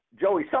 Joey